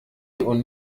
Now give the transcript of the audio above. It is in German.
und